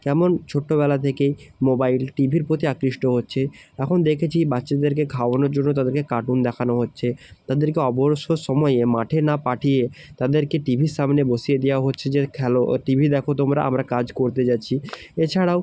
কেমন ছোট্টবেলা থেকেই মোবাইল টি ভির প্রতি আকৃষ্ট হচ্ছে এখন দেখেছি বাচ্চাদেরকে খাওয়ানোর জন্য তাদেরকে কার্টুন দেখানো হচ্ছে তাদেরকে অবসর সময়ে মাঠে না পাঠিয়ে তাদেরকে টি ভির সামনে বসিয়ে দেওয়া হচ্ছে যে খেলো ও টিভি দেখো তোমরা আমরা কাজ করতে যাচ্ছি এছাড়াও